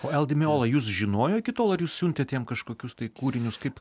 o el dimeola jus žinojo iki tol ar jūs siuntėt jam kažkokius tai kūrinius kaip